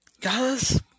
Guys